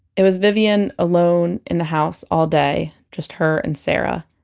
it was vivian alone in the house all day. just her and sarah.